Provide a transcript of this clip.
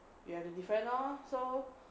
you have to defend lor so